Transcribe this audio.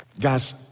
Guys